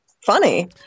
funny